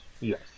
Yes